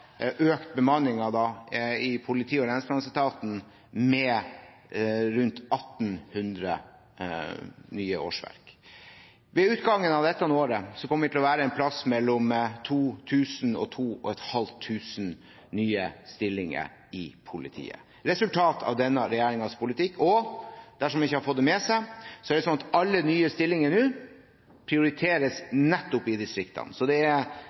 økt bemanningen i politi- og lensmannsetaten med rundt 1 800 nye årsverk. Ved utgangen av dette året kommer det til å være et sted mellom 2 000 og 2 500 nye stillinger i politiet, et resultat av denne regjeringens politikk. Dersom man ikke har fått det med seg: Nå prioriteres alle nye stillinger nettopp i distriktene. Så distriktene får nå økningene. Det